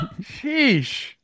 Sheesh